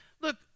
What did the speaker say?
Look